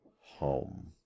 home